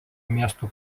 miestų